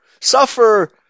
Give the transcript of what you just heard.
suffer